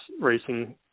racing